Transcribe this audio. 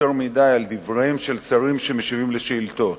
מדי על דבריהם של שרים שמשיבים על שאילתות,